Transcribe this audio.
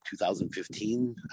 2015